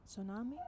Tsunami